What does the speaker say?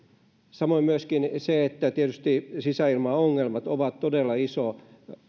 samoin myöskin on niin että tietysti sisäilmaongelmat ovat todella iso